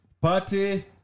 party